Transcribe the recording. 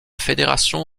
fédération